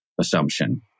assumption